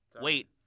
Wait